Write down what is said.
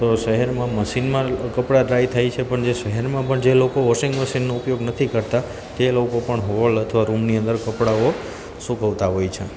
તો શહેરમાં મશીનમાં કપડાં ડ્રાય થાય છે પણ જે શહેરમાં પણ જે લોકો વોશિંગ મશીનનો ઉપયોગ નથી કરતાં તે લોકો પણ હોલ અથવા રૂમની અંદર કપડાઓ સૂકવતા હોય છે